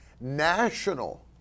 national